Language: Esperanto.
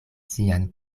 sian